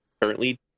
currently